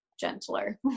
gentler